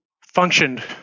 functioned